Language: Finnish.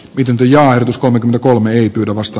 pitempi ja ajatus kolmekymmentäkolme ei pyydä vasta